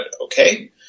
okay